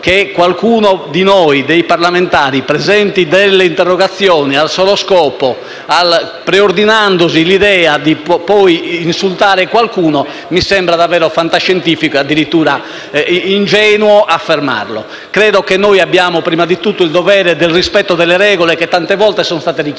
che qualcuno di noi parlamentari presenti delle interrogazioni preordinandosi l'idea di insultare qualcuno mi sembra davvero fantascientifico ed è addirittura ingenuo affermarlo. Credo che abbiamo prima di tutto il dovere del rispetto delle regole, che tante volte sono state richiamate.